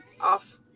off